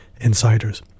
insiders